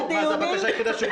זאת הבקשה היחידה שהוגשה?